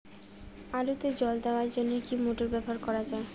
আলুতে জল দেওয়ার জন্য কি মোটর ব্যবহার করা যায়?